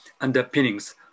underpinnings